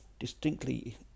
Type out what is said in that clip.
Distinctly